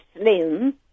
slim